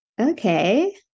Okay